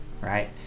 right